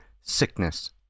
sickness